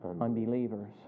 Unbelievers